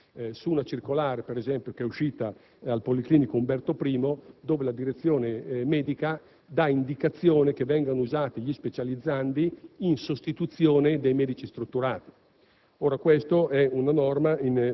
Sarò sintetico, perché credo che l'argomento sia molto noto. Ci sono delle situazioni che sono emerse anche alla cronaca di questi giorni e sono state già sollevate anche in Commissione proprio dal collega Gramazio,